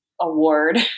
award